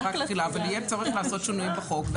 רק תחילה אבל יהיה צורך לעשות שינויים בחוק,